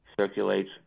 circulates